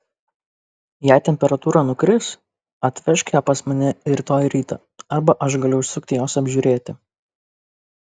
jei temperatūra nukris atvežk ją pas mane rytoj rytą arba aš galiu užsukti jos apžiūrėti